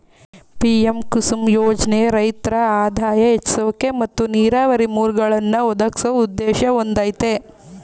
PM Kusum ಯೋಜ್ನೆ ರೈತ್ರ ಆದಾಯ ಹೆಚ್ಸೋಕೆ ಮತ್ತು ನೀರಾವರಿ ಮೂಲ್ಗಳನ್ನಾ ಒದಗ್ಸೋ ಉದ್ದೇಶ ಹೊಂದಯ್ತೆ